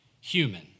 human